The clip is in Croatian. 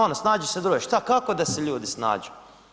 Ono snađi se druže, šta, kao da se ljudi snađu?